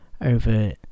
over